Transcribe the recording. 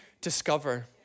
discover